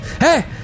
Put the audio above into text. hey